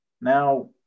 Now